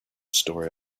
story